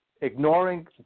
Ignoring